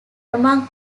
among